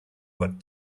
what